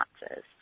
responses